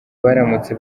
baramutse